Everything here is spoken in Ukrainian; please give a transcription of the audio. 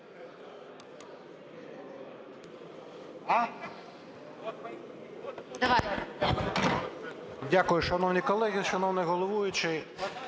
Дякую. Шановні колеги, шановний головуючий,